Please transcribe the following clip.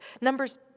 Numbers